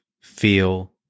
feel